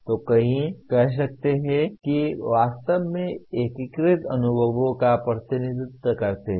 तो कोई कह सकता है कि ये वास्तव में एकीकृत अनुभवों का प्रतिनिधित्व करते हैं